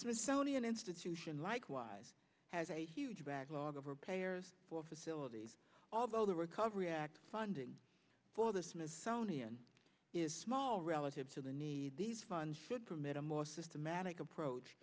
smithsonian institution likewise has a huge backlog of repairs for facilities although the recovery act funding for the smithsonian is small relative to the need these funds should permit a more systematic approach